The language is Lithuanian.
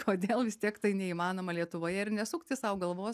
kodėl vis tiek tai neįmanoma lietuvoje ir nesukti sau galvos